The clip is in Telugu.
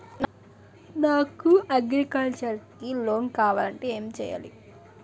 నాకు అగ్రికల్చర్ కి లోన్ కావాలంటే ఏం చేయాలి?